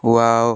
wow